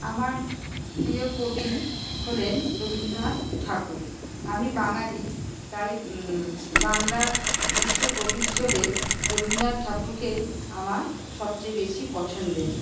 আমার প্রিয় কবি হলেন রবীন্দ্রনাথ ঠাকুর আমি বাঙালি তাই বাংলার বিশ্বকবি হিসেবে রবীন্দ্রনাথ ঠাকুরকেই আমার সবচেয়ে বেশি পছন্দের